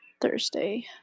Thursday